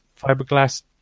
fiberglass